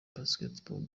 basketball